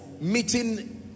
meeting